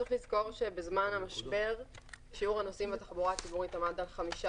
צריך לזכור שבזמן המשבר שיעור הנוסעים בתחבורה הציבורית עמד על 15%,